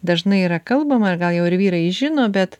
dažnai yra kalbama ir gal jau ir vyrai žino bet